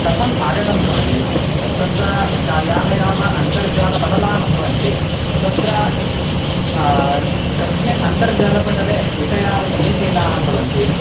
कथम् आगतं भवति तत्र ये ये अन्तर्जालपटलाः भवन्ति तत्र कस्मिन् अन्तर्जालपटले विषयाः समीचीनाः भवन्ति